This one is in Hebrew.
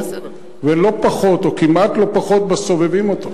ולא פחות, או כמעט לא פחות, בסובבים אותו.